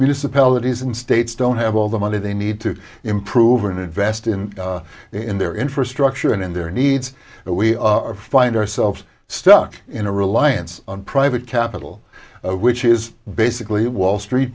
municipalities and states don't have all the money they need to improve and invest in in their infrastructure and in their needs but we find ourselves stuck in a reliance on private capital which is basically wall street